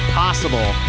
possible